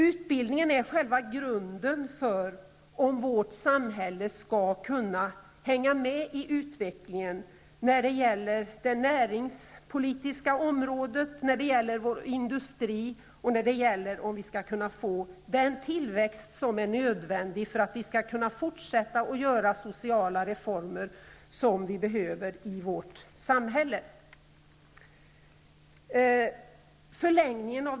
Utbildning är själva grunden för att vårt samhälle skall kunna hänga med i utvecklingen på det näringspolitiska området och inom industrin och för att vi skall få den tillväxt som är nödvändig för de fortsatta sociala reformer som vi behöver i vårt samhälle.